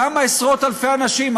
כמה עשרות אלפי אנשים,